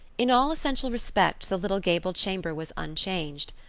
in all essential respects the little gable chamber was unchanged.